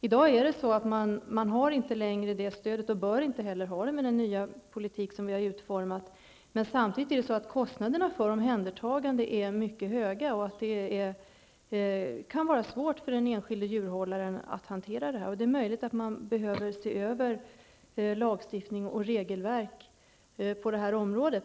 I dag finns inte detta stöd, och det bör inte heller finnas i och med den nya politik som vi har utformat. Men samtidigt är kostnaderna för omhändertagandet mycket höga, och det kan vara svårt för den enskilde djurhållaren att hantera detta. Och det är möjligt att man behöver se över lagstiftning och regelverk på detta område.